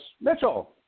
Mitchell